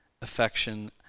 affection